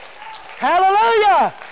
hallelujah